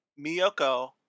Miyoko